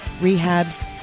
rehabs